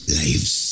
lives